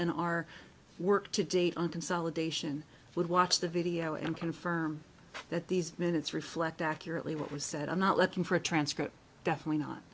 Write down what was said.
and our work to date on consolidation would watch the video and confirm that these minutes reflect accurately what was said i'm not looking for a transcript definitely not